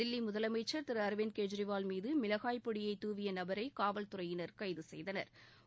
தில்லி முதலமைச்சர் திரு அரவிந்த் கெஜ்ிவால் மீது மிளகாய் பொடியை தூவிய நபரை காவல்துறையினா் கைது செய்தனா்